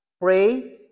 pray